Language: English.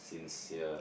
sincere